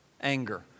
anger